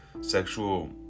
Sexual